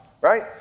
Right